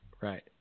Right